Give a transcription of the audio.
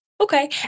okay